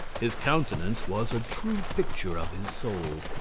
his countenance was a true picture of his soul.